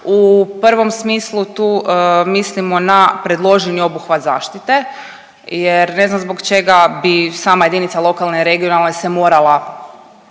U prvom smislu tu mislimo na predloženi obuhvat zaštite jer ne znam zbog čega bi sama jedinica lokalne i regionalne se morala